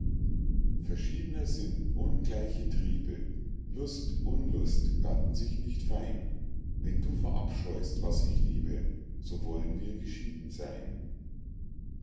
verschiedner sinn ungleiche triebe lust unlust gatten sich nicht fein wenn du verabscheust was ich liebe so wollen wir geschieden seyn